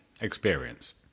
experience